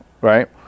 right